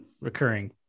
Recurring